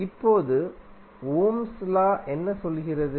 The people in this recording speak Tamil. இப்போது ஓம்ஸ் லா என்ன சொல்கிறது